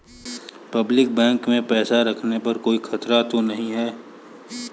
Public bank में पैसा रखने पर कोई खतरा तो नहीं है?